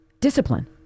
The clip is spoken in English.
discipline